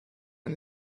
and